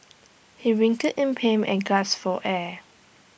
he writhed in pain and gasp for air